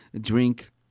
drink